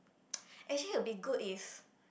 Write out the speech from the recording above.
actually it'll be good if